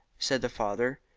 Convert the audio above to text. said the father,